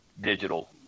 digital